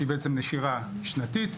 שהיא בעצם נשירה שנתית,